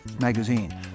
magazine